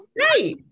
right